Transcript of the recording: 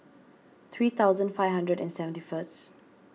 three thousand five hundred and seventy first